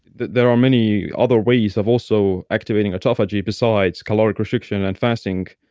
there are many other ways of also activating autophagy besides caloric restriction and fasting.